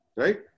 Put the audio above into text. right